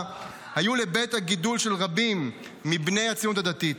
היו לבית הגידול של רבים מבני הציונות הדתית.